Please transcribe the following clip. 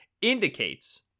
indicates